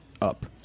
up